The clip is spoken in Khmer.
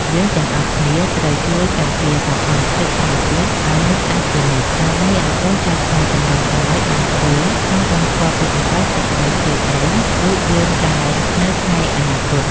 យើងទាំងអស់គ្នាត្រូវជួយការពារសោភ័ណភាពធម្មជាតិឱ្យនៅស្អាតជានិច្ចដើម្បីឱ្យកូនចៅខ្មែរជំនាន់ក្រោយបានឃើញ និង បានស្គាល់ពីសម្រស់ទឹកដីខ្លួនឯងដូចជាយើងដែរនៅថ្ងៃអនាគត។